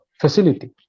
facility